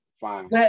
fine